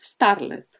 starlet